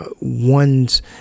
one's